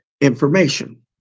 information